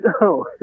no